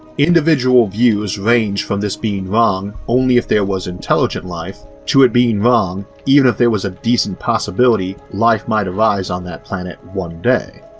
individual views range from this being wrong only if there was intelligent life to it being wrong even if there was a decent possibility life might arise on that planet one day.